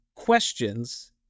Questions